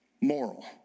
moral